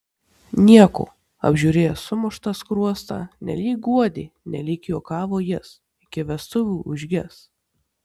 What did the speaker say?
nieko apžiūrėjęs sumuštą skruostą nelyg guodė nelyg juokavo jis iki vestuvių užgis